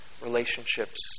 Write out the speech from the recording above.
relationships